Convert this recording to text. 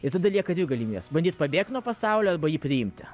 ir tada lieka dvi galimybės bandyt pabėgt nuo pasaulio arba jį priimti